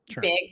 big